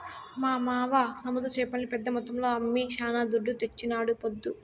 మా మావ సముద్ర చేపల్ని పెద్ద మొత్తంలో అమ్మి శానా దుడ్డు తెచ్చినాడీపొద్దు